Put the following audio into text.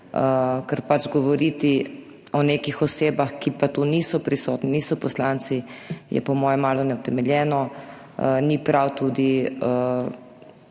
ker pač govoriti o nekih osebah, ki tu niso prisotne, niso poslanci, je po moje malo neutemeljeno. Ni prav predsednika